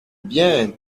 bien